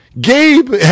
Gabe